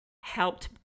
helped